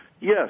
Yes